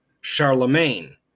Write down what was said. Charlemagne